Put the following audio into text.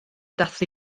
dathlu